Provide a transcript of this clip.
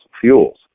fuels